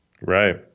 Right